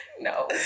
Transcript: No